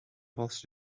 brauchst